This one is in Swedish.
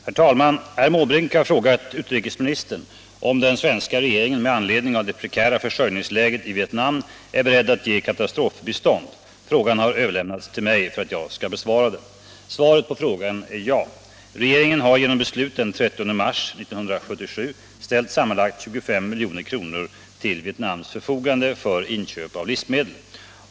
Herr talman! Herr Måbrink har frågat utrikesministern om den svenska regeringen med anledning av det prekära försörjningsläget i Vietnam är beredd att ge katastrofbistånd. Frågan har överlämnats till mig för att jag skall besvara den. Svaret på frågan är ja. Regeringen har genom beslut den 30 mars 1977 ställt sammanlagt 25 milj.kr. till Vietnams förfogande för inköp av livsmedel.